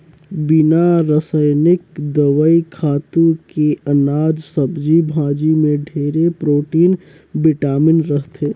बिना रसइनिक दवई, खातू के अनाज, सब्जी भाजी में ढेरे प्रोटिन, बिटामिन रहथे